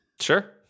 Sure